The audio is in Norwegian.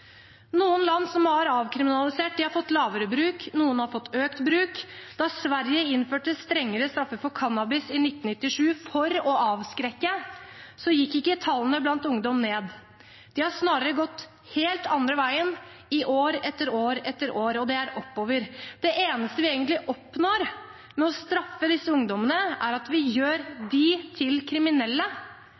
Noen land som har avkriminalisert, har fått lavere bruk. Noen har fått økt bruk. Da Sverige innførte strengere straffer for cannabis i 1997, for å avskrekke, gikk ikke tallene blant ungdom ned. De har snarere gått den helt andre veien, i år etter år etter år, og det er oppover. Det eneste vi egentlig oppnår med å straffe disse ungdommene, er at vi gjør dem til kriminelle.